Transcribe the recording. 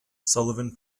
sullivan